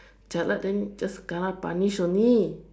jialat then just kena punish only